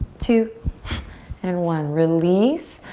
two and one. release,